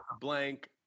blank